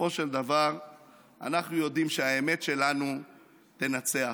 בסופו של דבר אנחנו יודעים שהאמת שלנו תנצח.